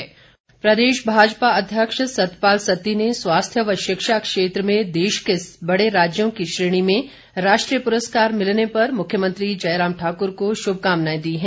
सत्ती प्रदेश भाजपा अध्यक्ष सतपाल सत्ती ने स्वास्थ्य व शिक्षा क्षेत्र में देश के बड़े राज्यों की श्रेणी में राष्ट्रीय पुरस्कार मिलने पर मुख्यमंत्री जयराम ठाकुर को शुभकामनाएं दी हैं